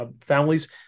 Families